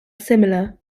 similar